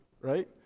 right